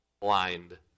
blind